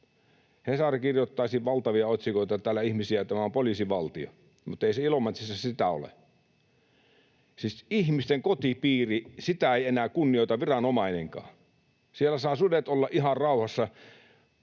Hesari kirjoittaisi valtavia otsikoita, miten täällä ihmisiä kohdellaan ja että tämä on poliisivaltio. Mutta Ilomantsissa näin ei ole. Siis ihmisten kotipiiriä ei enää kunnioita viranomainenkaan. Siellä saavat sudet olla ihan rauhassa